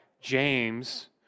James